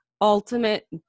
ultimate